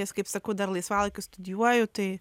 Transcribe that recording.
nes kaip sakau dar laisvalaikiu studijuoju tai